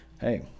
Hey